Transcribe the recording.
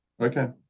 Okay